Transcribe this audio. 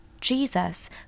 Jesus